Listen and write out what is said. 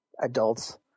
adults